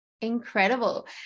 Incredible